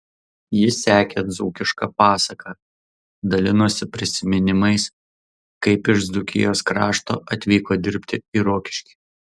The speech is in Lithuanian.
ji sekė dzūkišką pasaką dalinosi prisiminimais kaip iš dzūkijos krašto atvyko dirbti į rokiškį